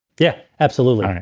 yeah. absolutely